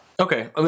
Okay